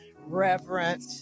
reverent